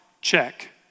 Check